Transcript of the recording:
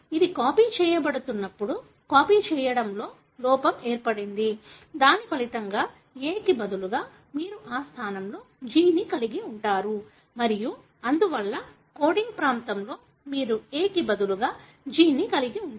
ఇది కాపీ చేయబడుతున్నప్పుడు కాపీ చేయడంలో లోపం ఏర్పడింది దాని ఫలితంగా A కి బదులుగా మీరు ఆ స్థానంలో G ని కలిగి ఉంటారు మరియు అందువల్ల కోడింగ్ ప్రాంతంలో మీరు A కి బదులుగా G ని కలిగి ఉంటారు